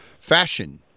fashion